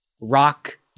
rock